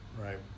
Right